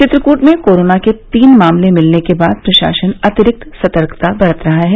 चित्रकूट में कोरोना के तीन मामले मिलने के बाद प्रशासन अतिरिक्त सतर्कता बरत रहा है